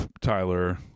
Tyler